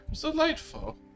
Delightful